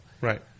right